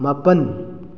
ꯃꯥꯄꯜ